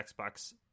Xbox